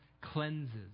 cleanses